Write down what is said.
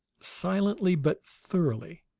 silently but thoroughly.